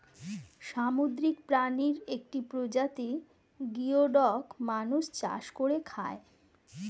সামুদ্রিক প্রাণীর একটি প্রজাতি গিওডক মানুষ চাষ করে খায়